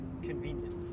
convenience